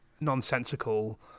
nonsensical